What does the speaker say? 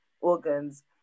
organs